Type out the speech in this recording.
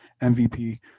MVP